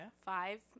Five